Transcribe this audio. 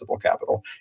capital